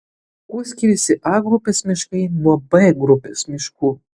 kuo skiriasi a grupės miškai nuo b grupės miškų